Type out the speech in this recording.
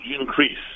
increase